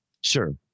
Sure